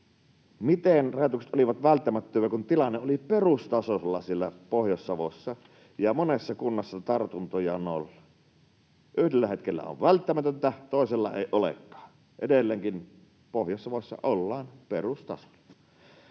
Miten rajoitukset olivat välttämättömiä, kun tilanne oli perustasolla siellä Pohjois-Savossa ja monessa kunnassa tartuntoja nolla? Yhdellä hetkellä on välttämätöntä, toisella ei olekaan. Edelleenkin: Pohjois-Savossa ollaan perustasolla.